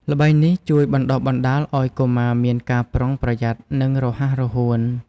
ល្បែងនេះជួយបណ្ដុះបណ្ដាលឲ្យកុមារមានការប្រុងប្រយ័ត្ន និងរហ័សរហួន។